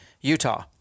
Utah